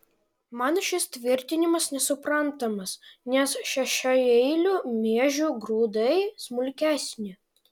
man šis tvirtinimas nesuprantamas nes šešiaeilių miežių grūdai smulkesni